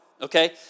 okay